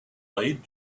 lied